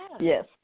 Yes